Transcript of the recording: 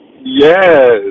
Yes